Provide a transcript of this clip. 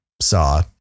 saw